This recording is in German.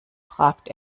fragt